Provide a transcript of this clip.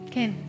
Ken